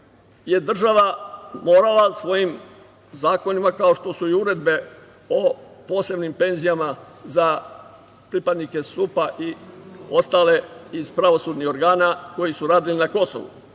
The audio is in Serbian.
država morala svojim zakonima, kao što su i uredbe o posebnim penzijama za pripadnike SUP-a i ostale iz pravosudnih organa koji su radili na Kosovu.